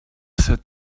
said